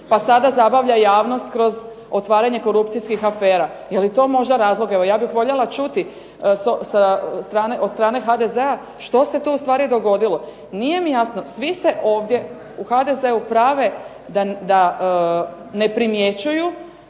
pa sada zabavlja javnost kroz otvaranje korupcijskih afera. Je li to možda razlog? Evo ja bih voljela čuti od strane HDZ-a što se to ustvari dogodilo. Nije mi jasno, svi se ovdje u HDZ-u prave da ne primjećuju